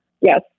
Yes